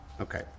okay